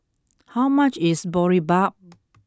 how much is Boribap